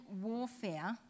warfare